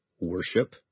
worship